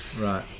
Right